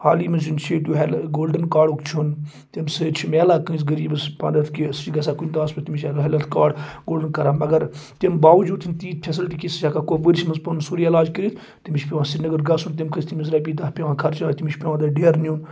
حالی منٛزن چھِ گولڈَن کاڈُک چھُنہٕ تمہِ سۭتۍ چھُ مِلان کٲنٛسہِ غریٖبَس مَدَتھ کہِ سُہ چھُ گژھان کُنہِ پٮ۪ٹھ تٔمِس چھِ ہٮ۪لٕتھ کارڈ گولڈَن کَران مگر تیٚمہِ باوجوٗد چھِنہٕ تیٖتۍ فیسَلٹی کہِ سُہ چھِ ہٮ۪کان کۄپوٲرِس منٛز پَنُن سورُے علاج کٔرِتھ تٔمِس چھُ پٮ۪وان سرینگر گژھُن تٔمۍ کٲنٛسہِ تٔمِس رۄپیہِ دَہ پٮ۪وان خرچاو تٔمِس چھُ پٮ۪وان دَہ ڈیرٕ نیُن